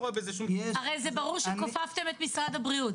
הרי זה ברור שכופפתם את משרד הבריאות.